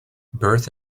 birth